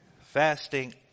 Fasting